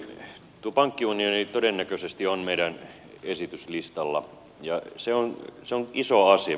tuo pankkiunioni todennäköisesti on meidän esityslistalla ja se on iso asia